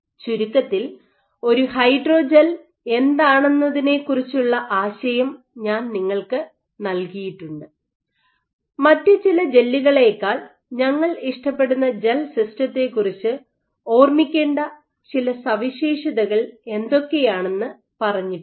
ചുരുക്കത്തിൽ ഒരു ഹൈഡ്രോജെൽ എന്താണെന്നതിനെക്കുറിച്ചുള്ള ആശയം ഞാൻ നിങ്ങൾക്ക് നൽകിയിട്ടുണ്ട് മറ്റ് ചില ജെല്ലുകളേക്കാൾ ഞങ്ങൾ ഇഷ്ടപ്പെടുന്ന ജെൽ സിസ്റ്റത്തെകുറിച്ചു ഓർമ്മിക്കേണ്ട ചില സവിശേഷതകൾ എന്തൊക്കെയാണെന്ന് പറഞ്ഞിട്ടുണ്ട്